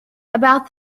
about